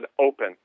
open